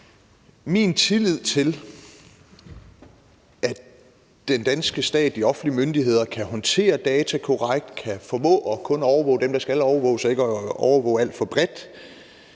Min tillid til, at den danske stat, de offentlige myndigheder, kan håndtere data korrekt, kan formå kun at overvåge dem, der skal overvåges, og ikke overvåge alt for bredt,